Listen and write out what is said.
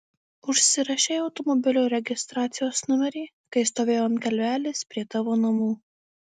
užsirašei automobilio registracijos numerį kai stovėjau ant kalvelės prie tavo namų